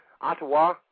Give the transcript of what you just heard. Ottawa